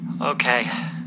Okay